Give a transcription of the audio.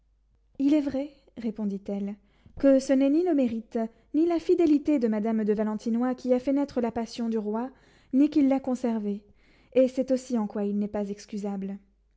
il est vrai répondit-elle que ce n'est ni le mérite ni la fidélité de madame de valentinois qui a fait naître la passion du roi ni qui l'a conservée et c'est aussi en quoi il n'est pas excusable